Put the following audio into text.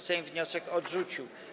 Sejm wniosek odrzucił.